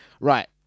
Right